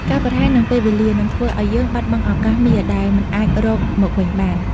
ការប្រហែសនឹងពេលវេលា នឹងធ្វើឱ្យយើងបាត់បង់ឱកាសមាសដែលមិនអាចរកមកវិញបាន។